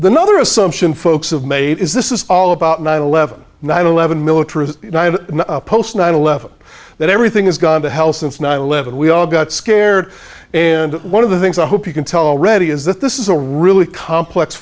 no other assumption folks of made is this is all about nine eleven nine eleven military post nine eleven that everything has gone to hell since nine eleven we all got scared and one of the things i hope you can tell already is that this is a really complex